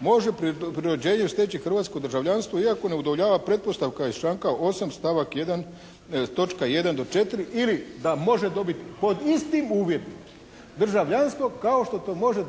može prirođenjem steći hrvatsko državljanstvo iako ne udovoljavam pretpostavkama iz članka 8. stavak 1. točka 1. do 4.", ili da može dobiti pod istim uvjetima državljanstvo kao što to može